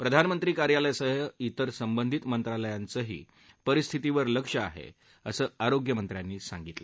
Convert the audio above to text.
प्रधानमंत्री कार्यालयासह त्रिर संबंधित मंत्रालयाचंही परिस्थितीवर लक्ष आहे असं आरोग्यमंत्र्यांनी सांगितलं